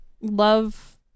love